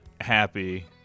happy